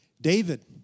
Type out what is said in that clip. David